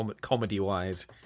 comedy-wise